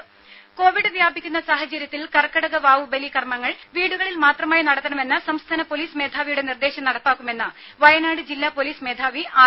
ദേശ കോവിഡ് വ്യാപിക്കുന്ന സാഹചര്യത്തിൽ കർക്കിടകവാവുബലി കർമ്മങ്ങൾ വീടുകളിൽ മാത്രമായി നടത്തണമെന്ന സംസ്ഥാന പോലീസ് മേധാവിയുടെ നിർദേശം നടപ്പാക്കുമെന്ന് വയനാട് ജില്ലാ പോലീസ് മേധാവി ആർ